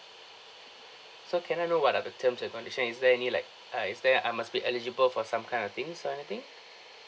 so can I know what are the terms and condition is there any like ah is there I must be eligible for some kind of things or anything